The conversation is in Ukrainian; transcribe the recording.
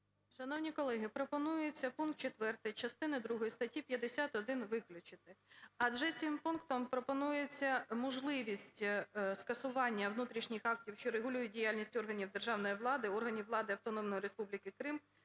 Шановні колеги, пропонується пункт 4 частини другої статті 51 виключити. Адже цим пунктом пропонується можливість скасування внутрішніх актів, що регулюють діяльність органів державної влади, органів влади Автономної Республіки Крим